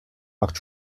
macht